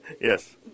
Yes